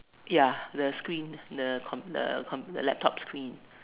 ya the scene the com~ the computer laptop scene